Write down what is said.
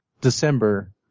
December